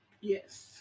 yes